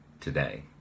today